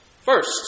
First